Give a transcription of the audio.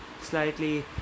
slightly